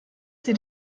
sie